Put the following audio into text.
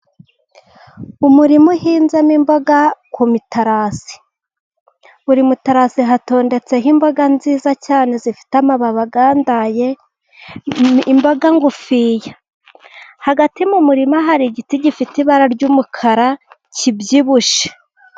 Umurima uhinzemo imboga kumitarasi, buri mutarasi hatondetseho imboga nziza cyane zifite amabagra agandaye iboga ngufiya, hagati mu murima hari igiti gifite ibara ry'umukara kibyibushye.